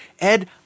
Ed